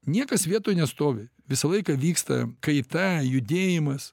niekas vietoj nestovi visą laiką vyksta kaita judėjimas